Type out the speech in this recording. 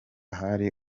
hari